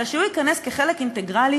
אלא שהוא ייכנס כחלק אינטגרלי,